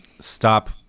stop